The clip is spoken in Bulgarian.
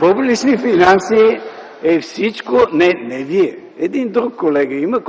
реплики.) Не, не Вие, има един друг колега,